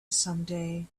someday